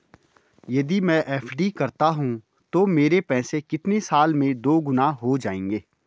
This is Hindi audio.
यदि मैं एफ.डी करता हूँ तो मेरे पैसे कितने साल में दोगुना हो जाएँगे?